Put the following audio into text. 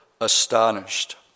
astonished